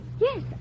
Yes